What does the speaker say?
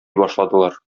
башладылар